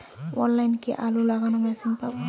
অনলাইনে কি আলু লাগানো মেশিন পাব?